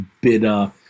bitter